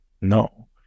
No